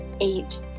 eight